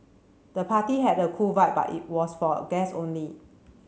the party had a cool vibe but it was for guess only